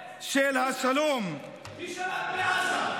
מי שלט בעזה?